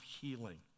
healing